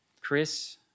Chris